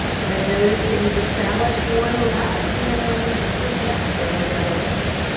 and then notice that you've established one route and then we're gonna switch it up, go the other way.